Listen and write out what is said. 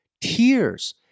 Tears